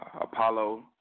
Apollo